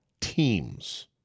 Teams